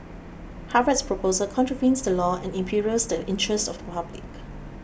Harvard's proposal contravenes the law and imperils the interest of the public